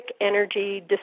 energy